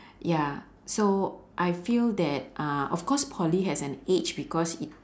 ya so I feel that uh of cause poly has an edge because it